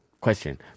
Question